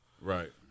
right